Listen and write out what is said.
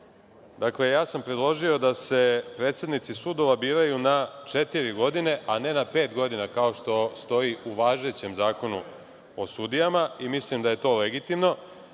čuli. Dakle, ja sam predložio da se predsednici sudova biraju na četiri godine, a ne na pet godina kao što stoji u važećem Zakonu o sudijama. Mislim da je to legitimno,